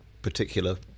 particular